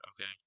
Okay